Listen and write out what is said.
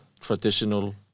traditional